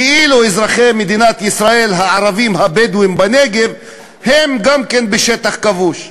כאילו אזרחי מדינת ישראל הערבים הבדואים בנגב הם גם כן בשטח כבוש.